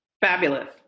fabulous